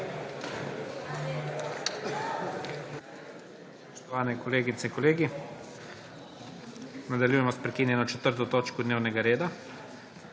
Spoštovani kolegice, kolegi! Nadaljujemo s prekinjeno 4. točko dnevnega reda,